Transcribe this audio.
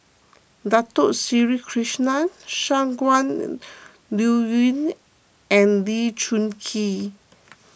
Dato Sri Krishna Shangguan Liuyun and Lee Choon Kee